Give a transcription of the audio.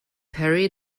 perry